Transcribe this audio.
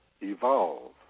evolve